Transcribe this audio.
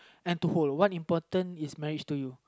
and to hold what important is marriage to you